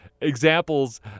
examples